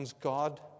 God